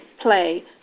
play